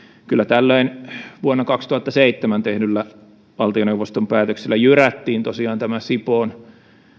kyllä tällöin vuonna kaksituhattaseitsemän tehdyllä valtioneuvoston päätöksellä jyrättiin tosiaan tämä sipoon